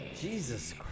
Jesus